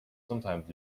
sometimes